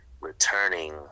returning